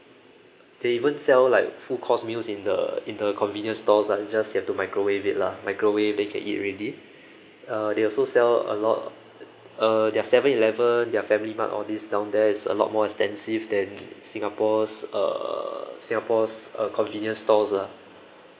they even sell like full course meals in the in the convenience stores lah it's just you have to microwave it lah microwave then can eat already uh they also sell a lot uh their seven eleven their family mart all these down there is a lot more extensive than singapore's uh singapore's uh convenience stores lah